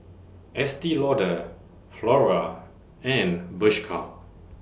Estee Lauder Flora and Bershka